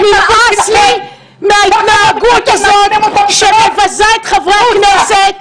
נמאס מההתנהגות הזאת, שמבזה את חברי הכנסת,